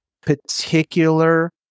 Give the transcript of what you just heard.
particular